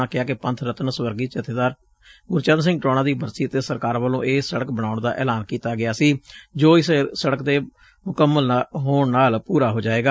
ਉਨ੍ਹਾਂ ਕਿਹਾ ਕਿ ਪੰਬ ਰਤਨ ਸਵਰਗੀ ਜਬੇਦਾਰ ਗੁਰਚਰਨ ਸੀਘ ਟੌਹੜਾ ਦੀ ਬਰਸੀ 'ਤੇ ਸਰਕਾਰ ਵੱਲੋਂ ਇਹ ਸੜਕ ਬਣਾਉਣ ਦਾ ਐਲਾਨ ਕੀਤਾ ਗਿਆ ਸੀ ਜੋ ਇਸ ਸੜਕ ਦੇ ਮੁਕੰਮਲ ਹੋਣ ਨਾਲ ਪੁਰਾ ਹੋ ਜਾਵੇਗਾ